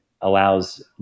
allows